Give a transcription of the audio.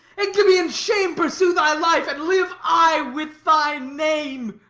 ignominy and shame pursue thy life and live aye with thy name!